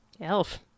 elf